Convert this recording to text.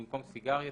במקום "סיגריה,